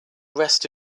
rest